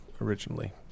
originally